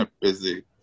busy